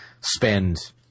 spend